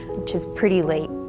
which is pretty late.